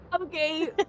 Okay